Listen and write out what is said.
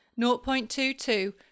0.22%